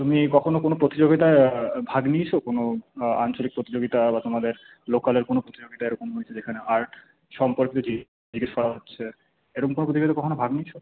তুমি কখনও কোনো প্রতিযোগীতায় ভাগ নিয়েছো কোনো আঞ্চলিক প্রতিযোগীতা বা তোমাদের লোকালের কোনো প্রতিযোগীতা এরকম হয়েছে যেখানে আর্ট সম্পর্কিত জিজ্ঞেস করা হচ্ছে এরম কোনো প্রতিযোগীতায় কখনও ভাগ নিয়েছো